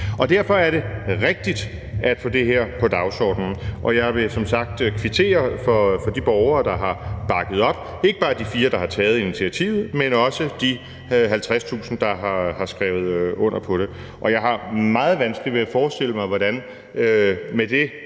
Derfor er det rigtigt at få det her på dagsordenen, og jeg vil som sagt kvittere over for de borgere, der har bakket op om forslaget – ikke bare de fire, der har taget initiativet, men også de 50.000, der har skrevet under på forslaget. Jeg har med det bundniveau, Folketinget har lagt